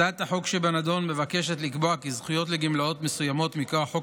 הצעת החוק שבנדון מבקשת לקבוע כי זכויות לגמלאות מסוימות מכוח חוק